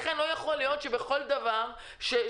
לכן לא יכול להיות שבכל דבר זורקים